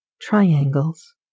triangles